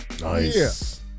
Nice